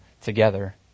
together